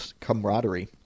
camaraderie